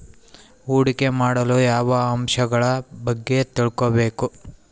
ಹೂಡಿಕೆ ಮಾಡಲು ಯಾವ ಅಂಶಗಳ ಬಗ್ಗೆ ತಿಳ್ಕೊಬೇಕು?